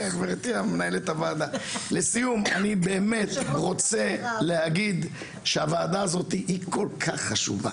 אני באמת רוצה להגיד שהוועדה הזאתי היא כל כך חשובה,